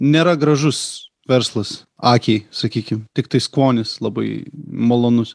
nėra gražus verslas akiai sakykim tiktai skonis labai malonus